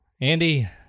Andy